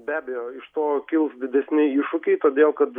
be abejo iš to kils didesni iššūkiai todėl kad